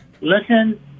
listen